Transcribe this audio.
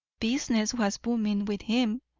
business was booming with him.